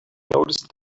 noticed